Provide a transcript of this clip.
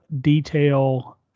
detail